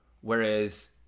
Whereas